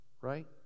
Right